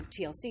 TLC